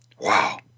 Wow